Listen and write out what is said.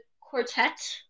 Quartet